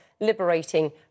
liberating